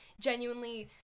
genuinely